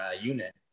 unit